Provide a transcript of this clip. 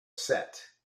set